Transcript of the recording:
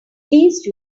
least